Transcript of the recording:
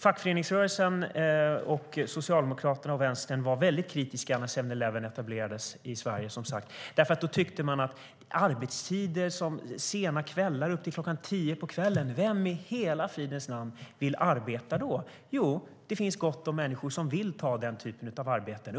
Fackföreningsrörelsen, Socialdemokraterna och Vänstern var som sagt väldigt kritiska när 7-Eleven etablerades i Sverige. Då tyckte man att det var illa med arbete sena kvällar fram till klockan tio - vem i hela fridens namn vill arbeta då? Jo, det finns gott om människor som vill ta den typen av arbeten.